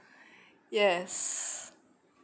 yes